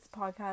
podcast